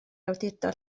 awdurdod